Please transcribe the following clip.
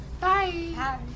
Bye